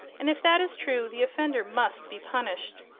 and if that is true the offender must be punished.